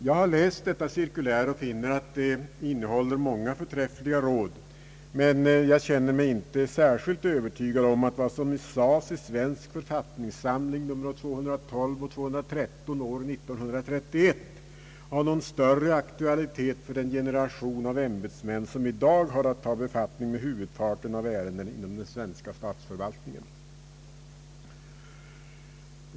Jag har läst detta cirkulär och finner att det innehåller många förträffliga råd, men jag känner mig inte särskilt övertygad om att vad som sades i Svensk författningssamling nr 212 och nr 213 år 1931 har någon större aktualitet för den generation av ämbetsmän som i dag har att ta befattning med huvudparten av ärendena inom den svenska statsförvaltningen.